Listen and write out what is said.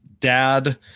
dad